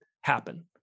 happen